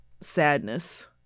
sadness